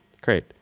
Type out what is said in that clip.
Great